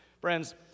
Friends